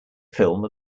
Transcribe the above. film